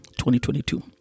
2022